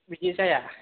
बिदि जाया